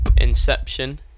Inception